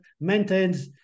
maintains